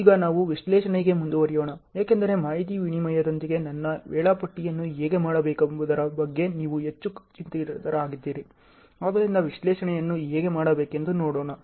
ಈಗ ನಾವು ವಿಶ್ಲೇಷಣೆಗೆ ಮುಂದುವರಿಯೋಣ ಏಕೆಂದರೆ ಮಾಹಿತಿ ವಿನಿಮಯದೊಂದಿಗೆ ನನ್ನ ವೇಳಾಪಟ್ಟಿಯನ್ನು ಹೇಗೆ ಮಾಡಬೇಕೆಂಬುದರ ಬಗ್ಗೆ ನೀವು ಹೆಚ್ಚು ಚಿಂತಿತರಾಗಿದ್ದೀರಿ ಆದ್ದರಿಂದ ವಿಶ್ಲೇಷಣೆಯನ್ನು ಹೇಗೆ ಮಾಡಬೇಕೆಂದು ನೋಡೋಣ